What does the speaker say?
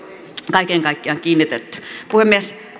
kaiken kaikkiaan kiinnitetty puhemies